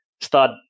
start